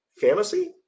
Fantasy